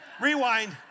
Rewind